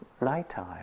nighttime